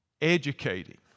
educating